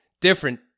different